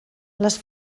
les